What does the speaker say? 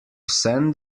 send